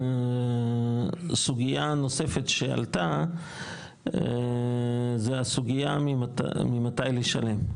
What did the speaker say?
סוגיה נוספת שעלתה, היא ממתי לשלם.